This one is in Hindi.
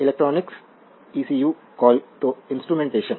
electronics equal to instrumentation